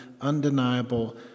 undeniable